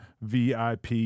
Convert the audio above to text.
VIP